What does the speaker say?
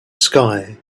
sky